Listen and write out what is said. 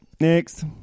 Next